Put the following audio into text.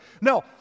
No